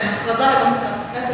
הודעה למזכירת